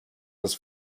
das